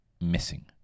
missing